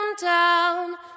downtown